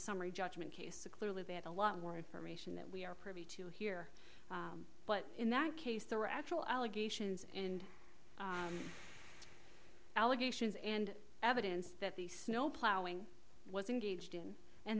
summary judgment case clearly they had a lot more information that we are privy to here but in that case there were actual allegations and allegations and evidence that the snowplowing was engaged in and